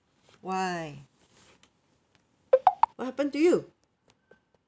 why what happened to you